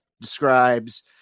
describes